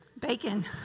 Bacon